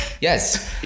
yes